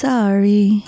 Sorry